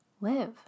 live